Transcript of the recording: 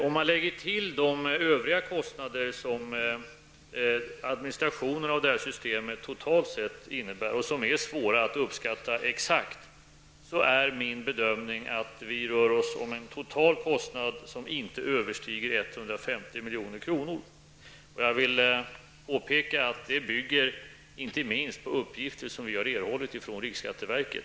Om man lägger till de övriga kostnader som administrationen av systemet totalt sett innebär och som är svåra att uppskatta exakt, är min bedömning att det rör sig om en total kostnad som inte överstiger 150 miljoner. Jag vill påpeka att jag bygger min bedömning inte minst på uppgifter som vi har erhållit från riksskatteverket.